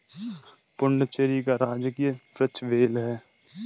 पुडुचेरी का राजकीय वृक्ष बेल है